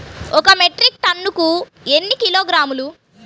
ఒక మెట్రిక్ టన్నుకు ఎన్ని కిలోగ్రాములు?